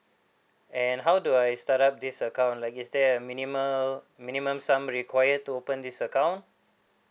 and how do I start up this account like is there a minimum minimum sum required to open this account